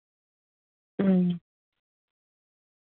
अं